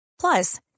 Plus